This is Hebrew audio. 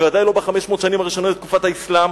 ודאי לא ב-500 השנים הראשונות לתקופת האסלאם,